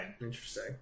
Interesting